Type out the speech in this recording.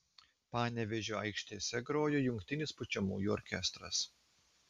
panevėžio aikštėse grojo jungtinis pučiamųjų orkestras